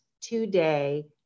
today